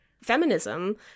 feminism